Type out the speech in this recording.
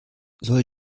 soll